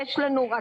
יש לנו גם